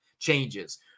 changes